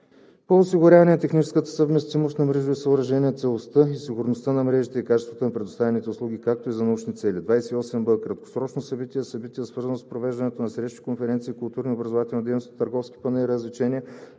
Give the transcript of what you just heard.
по осигуряване на техническата съвместимост на мрежови съоръжения, целостта и сигурността на мрежите и качеството на предоставяните услуги, както и за научни цели. 28б. „Краткосрочно събитие“ е събитие, свързано с провеждане на срещи, конференции, културни и образователни дейности, търговски панаири, развлечения